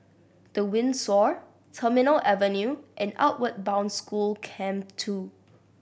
The Windsor Terminal Avenue and Outward Bound School Camp Two